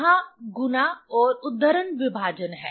यहाँ गुना और उद्धरण विभाजन है